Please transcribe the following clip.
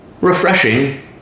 Refreshing